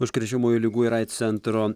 užkrečiamųjų ligų ir aids centro